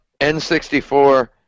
N64